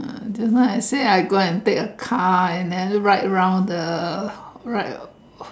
just now I say I go out and take a car and then ride round the right